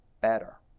better